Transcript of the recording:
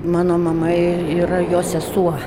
mano mama yra jo sesuo